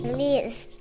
Please